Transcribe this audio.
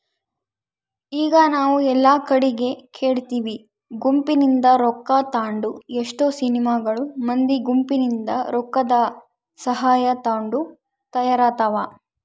ಈಗ ನಾವು ಎಲ್ಲಾ ಕಡಿಗೆ ಕೇಳ್ತಿವಿ ಗುಂಪಿನಿಂದ ರೊಕ್ಕ ತಾಂಡು ಎಷ್ಟೊ ಸಿನಿಮಾಗಳು ಮಂದಿ ಗುಂಪಿನಿಂದ ರೊಕ್ಕದಸಹಾಯ ತಗೊಂಡು ತಯಾರಾತವ